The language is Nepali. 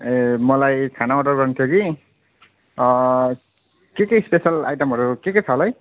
ए मलाई खाना अर्डर गर्नु थियो कि के के स्पेसल आइटमहरू के के छ होला है